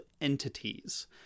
entities